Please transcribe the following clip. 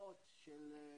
מאות של,